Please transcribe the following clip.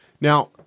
Now